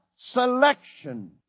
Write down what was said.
selection